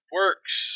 works